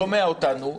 שומע אותנו,